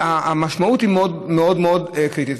המשמעות היא מאוד מאוד קריטית,